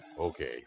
Okay